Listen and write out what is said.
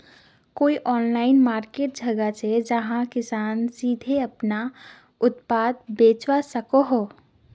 कोई online market जगह छे जहाँ किसान सीधे अपना उत्पाद बचवा सको हो?